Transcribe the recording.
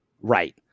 right